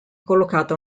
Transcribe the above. collocata